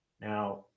Now